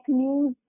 news